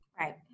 right